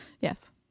Yes